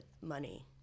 money